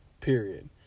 period